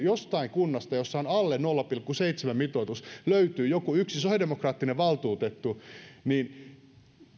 jostain kunnasta jossa on alle nolla pilkku seitsemän mitoitus löytyy joku sosiaalidemokraattinen valtuutettu niin